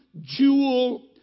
jewel